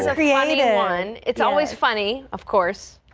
like yeah and one it's always funny of course.